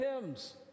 hymns